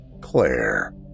Claire